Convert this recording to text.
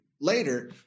later